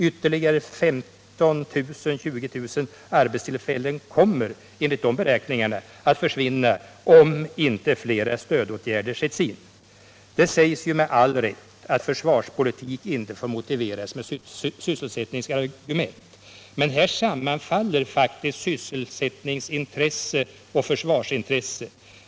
Ytterligare 15 000-20 000 arbetstillfällen kommer, enligt dessa beräkningar, att försvinna om inte flera stödåtgärder sätts in. Det sägs med all rätt att försvarspolitik inte får motiveras med sysselsättningsargument. Men här sammanfaller faktiskt sysselsättningsintresset och försvarsintresset.